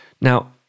Now